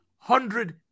Hundred